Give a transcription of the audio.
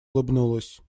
улыбнулась